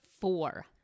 four